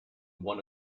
one